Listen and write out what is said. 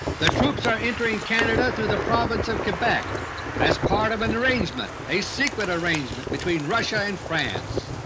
the troops are entering canada through the province of quebec as part of an arrangement, a secret arrangement, between russia and france.